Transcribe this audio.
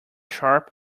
sharp